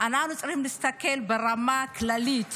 אנחנו צריכים להסתכל ברמה כללית